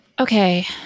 Okay